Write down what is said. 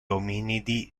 ominidi